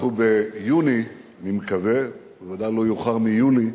אנחנו ביוני, אני מקווה, ודאי לא יאוחר מיולי,